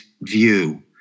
view